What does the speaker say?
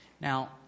Now